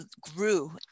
grew